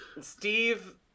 Steve